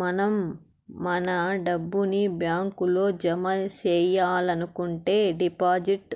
మనం మన డబ్బుని బ్యాంకులో జమ సెయ్యాలనుకుంటే డిపాజిట్